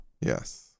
Yes